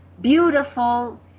beautiful